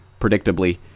Predictably